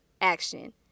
action